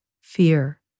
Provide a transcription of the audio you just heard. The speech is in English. fear